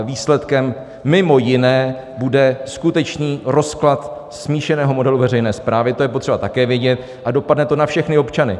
Výsledkem mimo jiné bude skutečný rozklad smíšeného modelu veřejné správy, to je potřeba také vědět, a dopadne to na všechny občany.